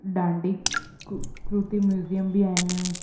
डांडीक कु क्रुती म्यूज़ियम बि आहिनि